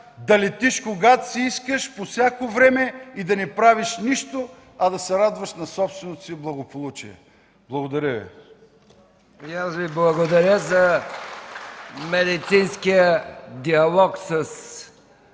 да летиш, когато си искаш, по всяко време, и да не правиш нищо, а да се радваш на собственото си благополучие. Благодаря Ви.